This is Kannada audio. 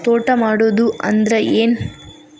ತೋಟ ಮಾಡುದು ಅಂದ್ರ ಏನ್?